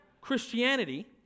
Christianity